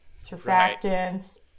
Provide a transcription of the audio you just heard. surfactants